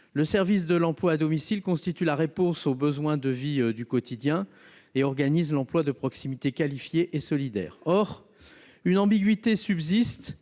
au service de l'intérêt général. Ce secteur constitue la réponse aux besoins de vie du quotidien et organise l'emploi de proximité qualifié et solidaire. Or une ambiguïté subsiste